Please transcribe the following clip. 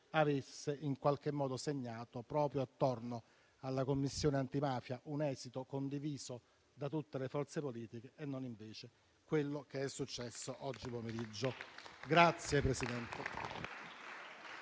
avesse in qualche modo segnato proprio attorno alla Commissione antimafia un esito condiviso da tutte le forze politiche e non invece quello che è successo oggi pomeriggio.